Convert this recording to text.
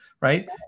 right